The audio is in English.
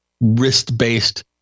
wrist-based